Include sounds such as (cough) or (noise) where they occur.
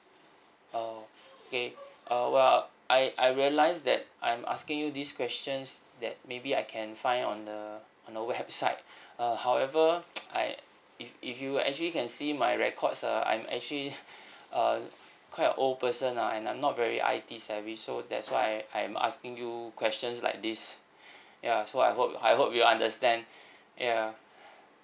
oh okay uh well uh I I realise that I'm asking you these questions that maybe I can find on the on the website err however (noise) I if if you actually can see my records ah I'm actually (noise) uh quite a old person ah and I'm not very I_T savvy so that's why I I'm asking you questions like these ya so I hope I hope you understand ya